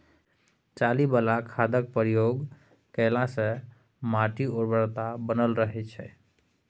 चाली बला खादक प्रयोग केलासँ माटिक उर्वरता बनल रहय छै